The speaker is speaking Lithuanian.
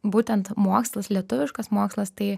būtent mokslas lietuviškas mokslas tai